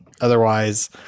otherwise